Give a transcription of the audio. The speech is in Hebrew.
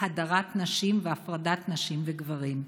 הדרת נשים והפרדת נשים וגברים.